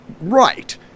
right